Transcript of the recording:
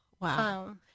Wow